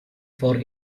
for